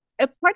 apart